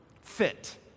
fit